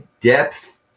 depth